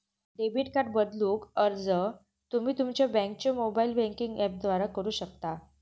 debit card बदलूक अर्ज तुम्ही तुमच्यो बँकेच्यो मोबाइल बँकिंग ऍपद्वारा करू शकता